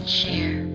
share